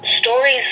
stories